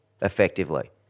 effectively